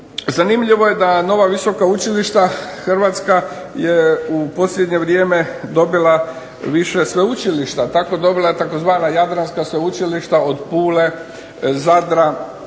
Zanimljivo je da nova visoka učilišta Hrvatska je u posljednje vrijeme dobila više sveučilišta, tako dobila tzv. jadranska sveučilišta od Pule, Zadra,